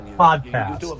podcast